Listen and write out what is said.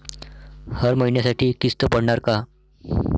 हर महिन्यासाठी किस्त पडनार का?